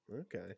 Okay